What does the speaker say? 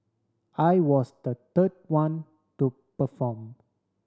I was the third one to perform